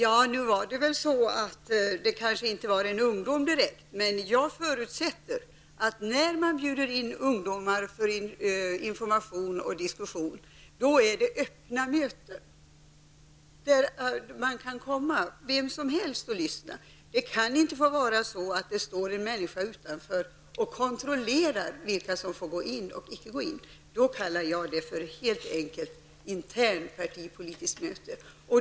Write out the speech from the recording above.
Herr talman! Det kanske inte var någon ungdom direkt, men jag förutsätter att när man inbjuder ungdomar för information och diskussion är det öppna möten dit vem som helst kan komma och lyssna. Det får inte vara så att det står en människa utanför lokalen och kontrollerar vilka som går in och vilka som inte får gå in. I så fall kallar jag det helt enkelt interna partipolitiska möten.